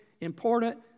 important